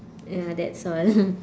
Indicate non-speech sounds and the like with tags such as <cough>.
ya that's all <laughs>